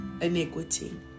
iniquity